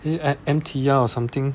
is it M_T_R or something